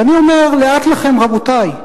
ואני אומר: לאט לכם, רבותי.